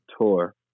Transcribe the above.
tour